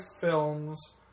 films